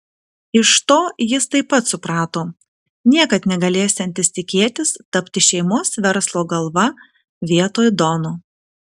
iš to jis taip pat suprato niekad negalėsiantis tikėtis tapti šeimos verslo galva vietoj dono